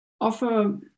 Offer